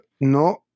no